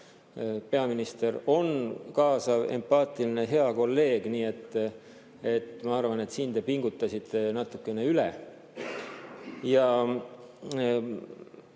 Peaminister on kaasav, empaatiline, hea kolleeg. Nii et ma arvan, et siin te pingutasite natukene üle. Mis